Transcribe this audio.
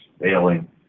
failing